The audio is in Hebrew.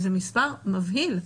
זה מספר מבהיל,